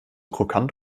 krokant